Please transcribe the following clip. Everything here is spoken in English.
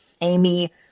Amy